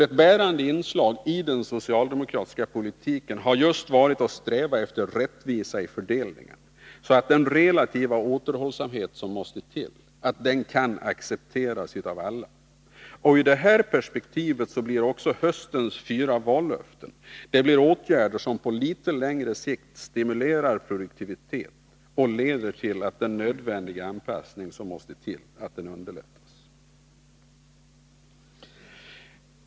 Ett bärande inslag i den socialdemokratiska politiken har just varit att sträva efter rättvisa i fördelningen, så att den relativa återhållsamhet som måste till kan accepteras av alla. I detta perspektiv blir också höstens fyra vallöften åtgärder som på litet längre sikt stimulerar produktiviteten och leder till att den nödvändiga anpassning som måste till underlättas.